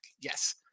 Yes